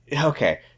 Okay